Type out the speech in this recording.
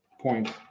point